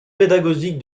pédagogique